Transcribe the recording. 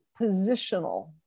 positional